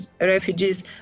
refugees